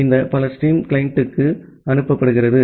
இந்த பல ஸ்ட்ரீம் கிளையண்டுக்கு அனுப்பப்படுகிறது